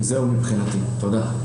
תודה.